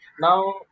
Now